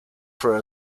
for